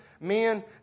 men